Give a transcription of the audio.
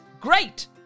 great